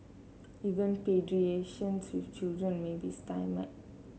even with children may be stymied